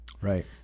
Right